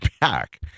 back